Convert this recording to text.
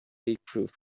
leakproof